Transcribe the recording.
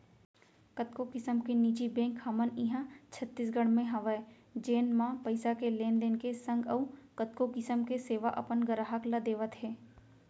कतको किसम के निजी बेंक हमन इहॉं छत्तीसगढ़ म हवय जेन म पइसा के लेन देन के संग अउ कतको किसम के सेवा अपन गराहक ल देवत हें